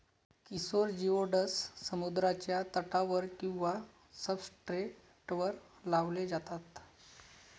Kishore geoducks समुद्राच्या तळावर किंवा सब्सट्रेटवर लावले जातात